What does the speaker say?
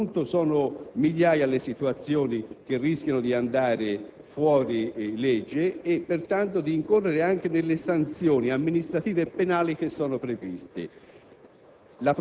A questo punto, sono migliaia le situazioni che rischiano di andare fuori legge e di incorrere quindi nelle sanzioni amministrative e penali che sono previste.